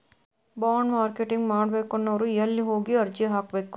Bond marketing ಮಾಡ್ಬೇಕನ್ನೊವ್ರು ಯೆಲ್ಲೆ ಹೊಗಿ ಅರ್ಜಿ ಹಾಕ್ಬೆಕು?